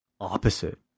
opposite